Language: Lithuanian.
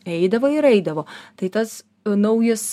eidavo ir eidavo tai tas naujas